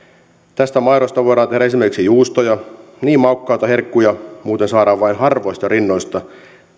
tästä maidosta voidaan tehdä esimerkiksi juustoja niin maukkaita herkkuja muuten saadaan vain harvoista rinnoista